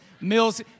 Mills